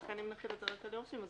לכן אם נחיל את זה רק על יורשים אז